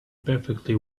perfectly